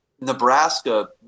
Nebraska